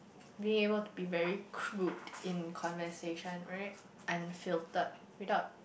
being able to be very crude in conversation very unfailed without